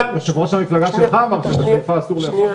אבל --- יושב ראש המפלגה שלך אמר שבחיפה אסור לאכול.